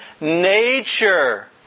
nature